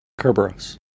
Kerberos